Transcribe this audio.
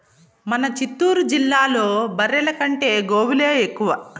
మన చిత్తూరు జిల్లాలో బర్రెల కంటే గోవులే ఎక్కువ